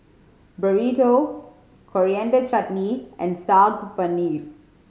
Burrito Coriander Chutney and Saag Paneer